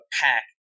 pack